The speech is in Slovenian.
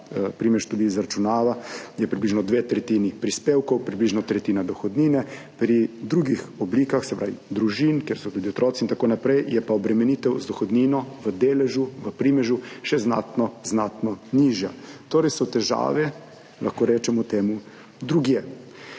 primež tudi izračunava, je približno dve tretjini prispevkov, približno tretjina dohodnine. Pri drugih oblikah, se pravi, družin, kjer so tudi otroci in tako naprej, je pa obremenitev z dohodnino v deležu, v primežu še znatno, znatno nižja. Torej so težave, lahko rečemo temu, drugje.